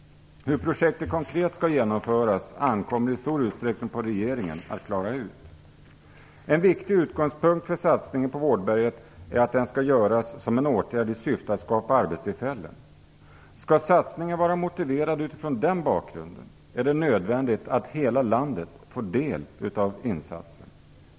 Hur projektet konkret skall genomföras ankommer i stor utsträckning på regeringen att klara ut. En viktig utgångspunkt för satsningen på vårdberget är att den skall göras som en åtgärd i syfte att skapa arbetstillfällen. Skall satsningen vara motiverad utifrån den bakgrunden är det nödvändigt att hela landet får del av insatsen.